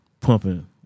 pumping